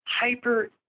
hyper